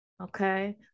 okay